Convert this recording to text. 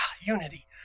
Unity